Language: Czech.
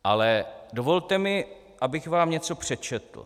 Ale dovolte mi, abych vám něco přečetl.